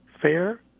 fair